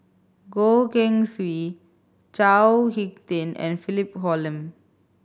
Goh Keng Swee Chao Hick Tin and Philip Hoalim